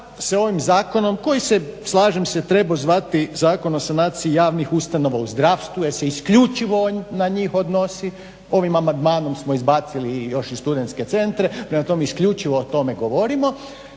se ovim zakonom, koji se slažem se trebao zvati Zakon o sanaciji javnih ustanova u zdravstvu jer se isključivo na njih odnosi. Ovim amandmanom smo izbacili još i studentske centre, prema tome isključivo o tome govorimo.